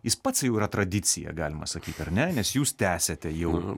jis pats jau yra tradicija galima sakyti ar ne nes jūs tęsiate jau